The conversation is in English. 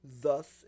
thus